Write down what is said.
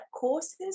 courses